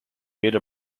made